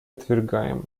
отвергаем